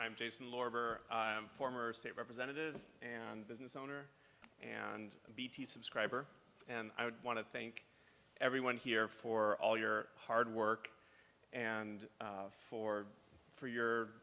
i'm jason lorber former state representative and business owner and bt subscriber and i would want to thank everyone here for all your hard work and for for your